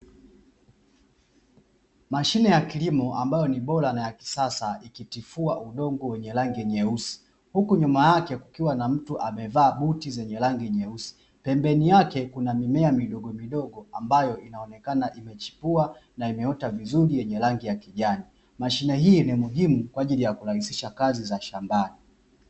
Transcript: Mashine ya kilimo ambayo ni bora na ya kisasa ikitifua udongo wenye rangi nyeusi, huku nyuma yake kukiwa na mtu amevaa buti zenye rangi nyeusi. Pembeni yake kuna mimea midogomidogo ambayo inaonekana imechipua na imeota vizuri yenye rengi ya kijani. Mashine hii ni muhimu kwa ajili ya kurahisisha kazi za shambani.